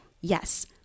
Yes